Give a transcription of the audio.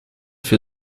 für